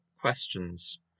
questions